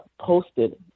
posted